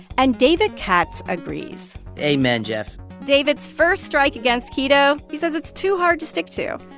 and david katz agrees amen, jeff david's first strike against keto he says it's too hard to stick to.